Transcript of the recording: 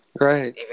Right